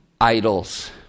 idols